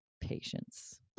patience